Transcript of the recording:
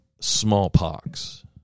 smallpox